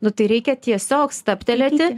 nu tai reikia tiesiog stabtelėti